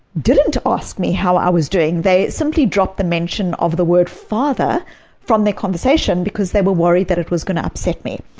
didn't ask me how i was doing. they simply dropped the mention of the word father from their conversation because they were worried that it was going to upset me.